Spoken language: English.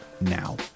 now